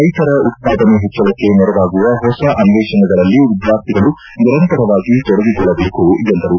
ರೈತರ ಉತ್ಪಾದನೆ ಹೆಚ್ಚಳಕ್ಕೆ ನೆರವಾಗುವ ಹೊಸ ಅನ್ವೇಷಣೆಗಳಲ್ಲಿ ವಿದ್ಯಾರ್ಥಿಗಳು ನಿರಂತರವಾಗಿ ತೊಡಗಿಕೊಳ್ಳಬೇಕು ಎಂದರು